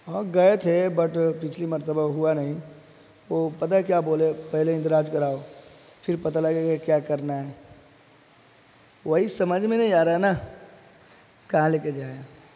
وہاں گئے تھے بٹ پچھلی مرتبہ ہوا نہیں وہ پتا ہے کیا بولے پہلے انتراج کراؤ پھر پتا لگے گا کہ کیا کرنا ہے وہی سمجھ میں نہیں آ رہا نا کہاں لے کے جائیں